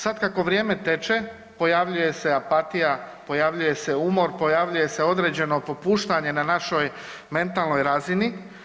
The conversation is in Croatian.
Sada kako vrijeme teče pojavljuje se apatija, pojavljuje se umor, pojavljuje se određeno popuštanje na našoj mentalnoj razini.